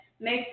make